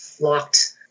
locked